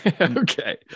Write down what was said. Okay